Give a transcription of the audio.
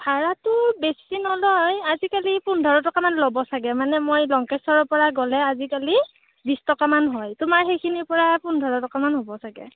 ভাড়াটো বেছি নলয় আজিকালি পোন্ধৰ টকামান ল'ব চাগে মানে মই লংকেশ্বৰৰ পৰা গ'লে আজিকালি বিশ টকা মান হয় তোমাৰ সেইখিনিৰ পৰা পোন্ধৰ টকামান হ'ব চাগে